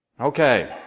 Okay